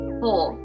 four